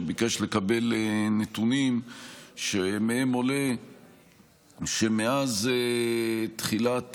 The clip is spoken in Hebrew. שביקש לקבל נתונים שמהם עולה שמאז תחילת